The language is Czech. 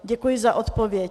Děkuji za odpověď.